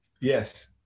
Yes